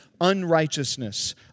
unrighteousness